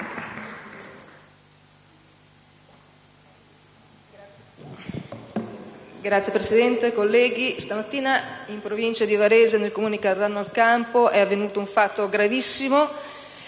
Signora Presidente, colleghi, stamattina in provincia di Varese, nel Comune di Cardano al Campo, è avvenuto un fatto gravissimo: